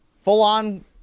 full-on